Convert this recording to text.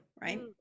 right